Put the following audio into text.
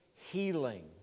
healing